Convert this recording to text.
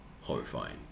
horrifying